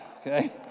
Okay